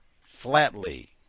flatly